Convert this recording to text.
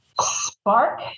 spark